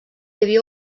havia